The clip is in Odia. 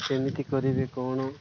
ସେମିତି କରିବି କ'ଣ